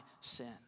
sin